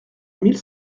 mille